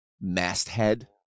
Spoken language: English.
masthead